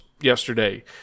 yesterday